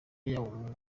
yaba